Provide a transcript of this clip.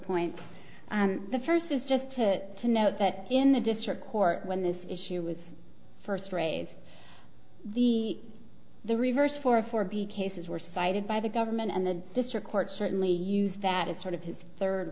points and the first is just to note that in the district court when this issue was first raised the the reverse for four b cases were cited by the government and the district court certainly used that as sort of his third